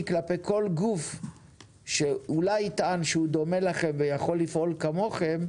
כלפי כל גוף שאולי יטען שהוא דומה לכם ויכול לפעול כמוכם,